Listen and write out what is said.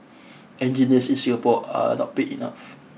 engineers in Singapore are not paid enough